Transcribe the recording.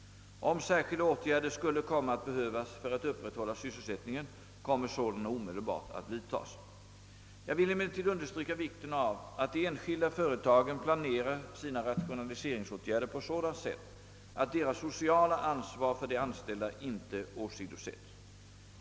Om särskilda åtgärder skulle komma att behövas för att upprätthålla sysselsättningen kommer sådana omedelbart att vidtas. Jag vill emellertid understryka vikten av att de enskilda företagen planerar sina rationaliseringsåtgärder på sådant sätt att deras sociala ansvar för de anställda inte åsidosätts.